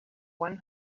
one